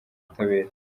ubutabera